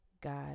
God